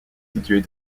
située